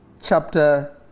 chapter